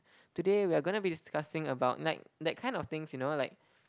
today we're going to be discussing about night that kind of things you know like